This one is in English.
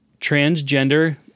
transgender